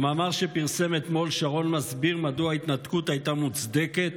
במאמר שפרסם אתמול שרון מסביר מדוע ההתנתקות הייתה מוצדקת,